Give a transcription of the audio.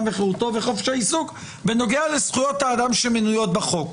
וחירותו וחופש העיסוק בנוגע לזכויות האדם שמנויות בחוק.